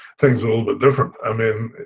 things all the different, i mean,